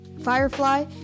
Firefly